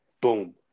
boom